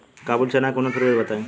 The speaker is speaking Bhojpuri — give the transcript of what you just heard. काबुली चना के उन्नत प्रभेद बताई?